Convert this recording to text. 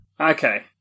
Okay